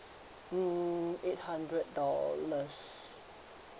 hmm eight hundred dollars